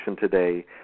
today